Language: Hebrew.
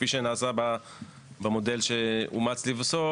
כפי שנעשה במודל שאומץ בסוף,